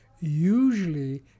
usually